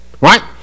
right